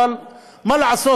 אבל מה לעשות,